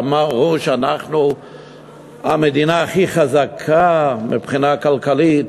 שאמרו שאנחנו המדינה הכי חזקה מבחינה כלכלית,